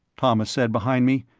thomas said behind me.